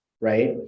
Right